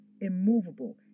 immovable